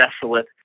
desolate